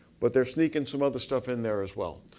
but they're sneaking some other stuff in there as well.